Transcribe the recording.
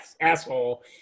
asshole